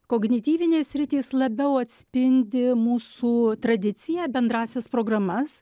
kognityvinės sritys labiau atspindi mūsų tradiciją bendrąsias programas